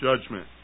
judgment